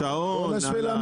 לשעון...